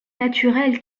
naturel